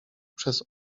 przez